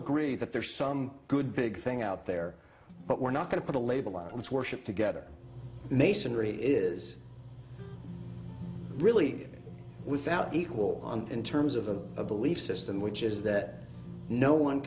agree that there's some good big thing out there but we're not going to put a label on it let's worship together masonry is really without equal in terms of a belief system which is that no one